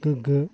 गोग्गो